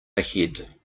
ahead